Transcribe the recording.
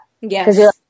Yes